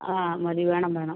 ആ മതി വേണം വേണം